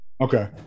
Okay